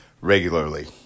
regularly